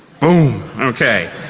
boom! okay.